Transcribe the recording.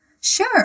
Sure